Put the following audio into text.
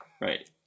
Right